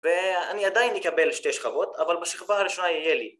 ‫ואני עדיין אקבל שתי שכבות, ‫אבל בשכבה הראשונה יהיה לי.